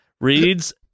reads